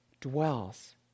dwells